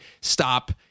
stop